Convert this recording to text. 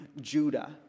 Judah